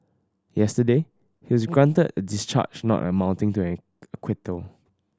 yesterday he was granted a discharge not amounting to an acquittal